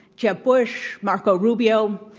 jeb bush, marco rubio.